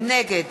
נגד